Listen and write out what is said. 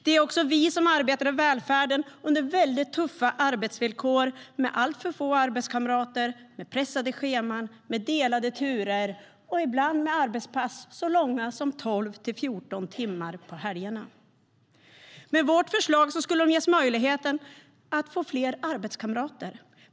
Det är också vi som arbetar i välfärden under tuffa arbetsvillkor, med alltför få arbetskamrater, med pressade scheman, med delade turer och ibland med långa arbetspass på 12-14 timmar på helgerna. Med vårt förslag skulle de ges möjlighet att få fler arbetskamrater.